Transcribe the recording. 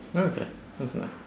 oh okay that's nice